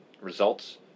results